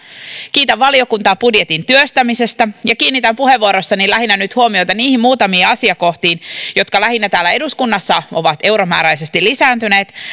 kiitän valiokuntaa budjetin työstämisestä ja kiinnitän puheenvuorossani lähinnä nyt huomiota niihin muutamiin asiakohtiin jotka lähinnä täällä eduskunnassa ovat euromääräisesti lisääntyneet